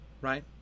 right